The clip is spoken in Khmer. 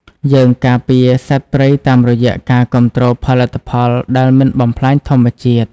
យើងការពារសត្វព្រៃតាមរយៈការគាំទ្រផលិតផលដែលមិនបំផ្លាញធម្មជាតិ។